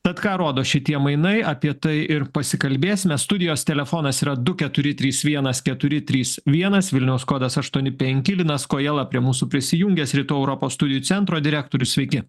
tad ką rodo šitie mainai apie tai ir pasikalbėsime studijos telefonas yra du keturi trys vienas keturi trys vienas vilniaus kodas aštuoni penki linas kojala prie mūsų prisijungęs rytų europos studijų centro direktorius sveiki